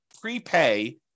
prepay